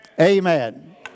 Amen